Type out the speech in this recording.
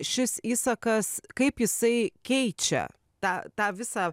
šis įsakas kaip jisai keičia tą tą visą